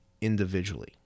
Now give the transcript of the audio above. individually